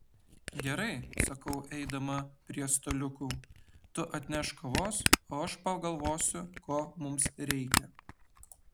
gerai sakau eidama prie staliukų tu atnešk kavos o aš pagalvosiu ko mums reikia